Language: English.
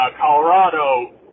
Colorado